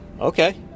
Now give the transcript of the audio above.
Okay